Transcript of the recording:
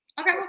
Okay